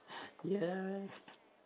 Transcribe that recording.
ya